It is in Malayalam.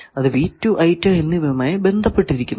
അത് എന്നിവയുമായി ബന്ധപ്പെട്ടിരിക്കുന്നു